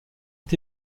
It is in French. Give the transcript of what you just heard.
est